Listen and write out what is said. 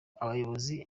abayobozi